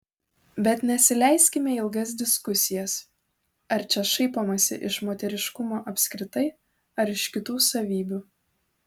bet nesileiskime į ilgas diskusijas ar čia šaipomasi iš moteriškumo apskritai ar iš kitų savybių